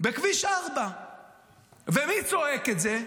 בכביש 4. ומי צועק את זה?